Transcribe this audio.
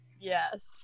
yes